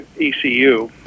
ECU